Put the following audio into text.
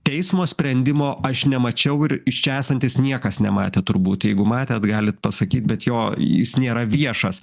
teismo sprendimo aš nemačiau ir iš čia esantys niekas nematė turbūt jeigu matėt galit pasakyt bet jo jis nėra viešas